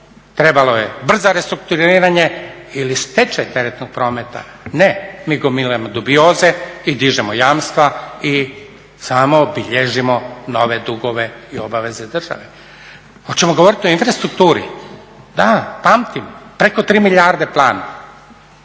trebalo je brzo restrukturiranje ili stečaj teretnog prometa. Ne, mi gomilamo dubioze i dižemo jamstva i samo bilježimo nove dugove i obaveze države. Hoćemo govoriti o infrastrukturi? Da, pamtim preko 3 milijarde plan,